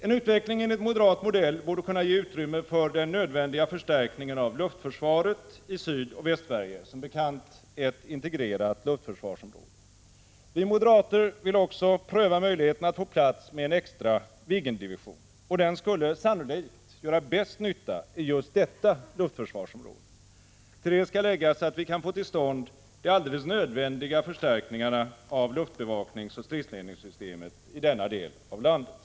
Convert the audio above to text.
En utveckling enligt moderat modell borde kunna ge utrymme för den nödvändiga förstärkningen av luftförsvaret i Sydoch Västsverige — som bekant ett integrerat luftförsvarsområde. Vi moderater vill också pröva möjligheten att få plats med en extra Viggendivision, och den skulle sannolikt göra bäst nytta i just detta luftförsvarsområde. Till det skall läggas att vi kan få till stånd de alldeles nödvändiga förstärkningarna av luftbevakningsoch stridsledningssystemet i denna del av landet.